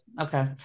Okay